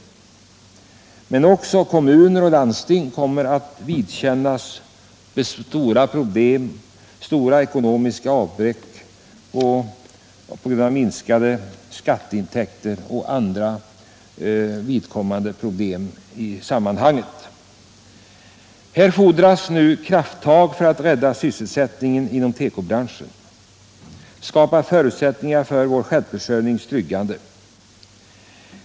Även kommuner och landsting kommer att få vidkännas ett betydande ekonomiskt avbräck på grund av bl.a. minskningen av skatteintäkterna. Det fordras krafttag för att rädda sysselsättningen inom tekobranschen och skapa förutsättningar för tryggandet av vår självförsörjning.